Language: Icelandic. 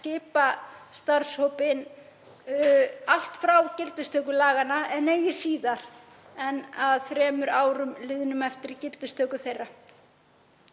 skipa starfshópinn allt frá gildistöku laganna en eigi síðar en þremur árum eftir gildistöku þeirra.